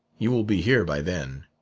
you will be here by then.